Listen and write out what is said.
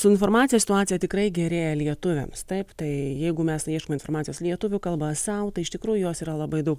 su informacija situacija tikrai gerėja lietuviams taip tai jeigu mes ieškome informacijos lietuvių kalba sau tai iš tikrųjų jos yra labai daug